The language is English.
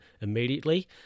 immediately